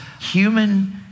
human